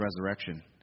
resurrection